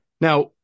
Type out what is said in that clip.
now